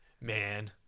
Man